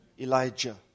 elijah